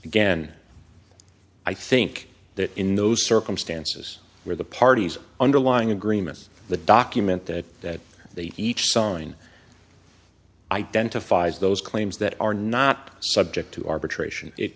again i think that in those circumstances where the parties underlying agreements the document that they each sign identifies those claims that are not subject to arbitration it